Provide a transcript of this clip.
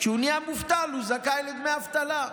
כשהוא נהיה מובטל, הוא זכאי לדמי אבטלה.